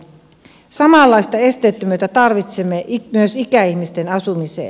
samanlaista esteettömyyttä tarvitsemme myös ikäihmisten asumiseen